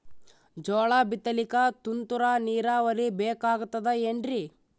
ಜೋಳ ಬಿತಲಿಕ ತುಂತುರ ನೀರಾವರಿ ಬೇಕಾಗತದ ಏನ್ರೀ?